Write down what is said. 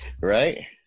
Right